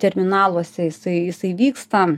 terminaluose jisai jisai vyksta